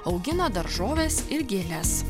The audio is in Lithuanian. augina daržoves ir gėles